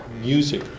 music